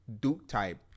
Duke-type